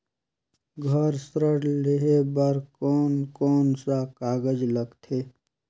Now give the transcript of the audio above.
घर ऋण लेहे बार कोन कोन सा कागज लगथे?